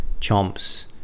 chomps